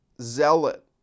zealot